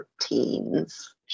teens